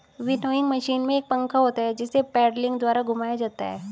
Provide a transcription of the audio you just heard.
winnowing machine में एक पंखा होता है जिसे पेडलिंग द्वारा घुमाया जाता है